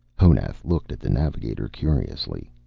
honath looked at the navigator curiously.